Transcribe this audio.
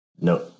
No